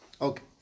okay